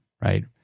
right